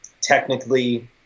technically